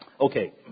Okay